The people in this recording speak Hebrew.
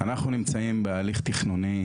אנחנו נמצאים בהליך תכנוני